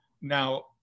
Now